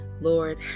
Lord